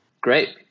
Great